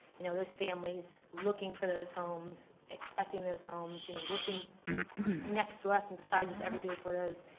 you know, those families looking for those homes, expecting those homes, you know, working next to us and beside us every day for those,